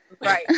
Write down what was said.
right